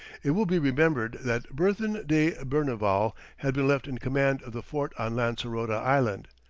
it will be remembered that berthin de berneval had been left in command of the fort on lancerota island.